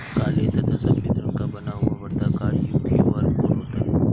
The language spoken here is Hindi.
काले तथा सफेद रंग का बना हुआ वर्ताकार क्यू.आर कोड होता है